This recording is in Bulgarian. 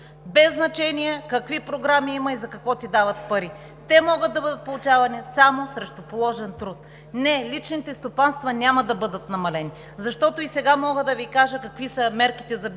без значение какви програми има и за какво ти дават пари! Те могат да бъдат получавани само срещу положен труд! Не, личните стопанства няма да бъдат намалени, защото и сега мога да Ви кажа какви са мерките за биосигурност